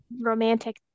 romantic